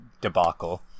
debacle